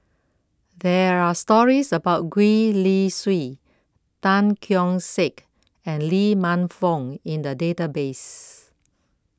there are stories about Gwee Li Sui Tan Keong Saik and Lee Man Fong in the database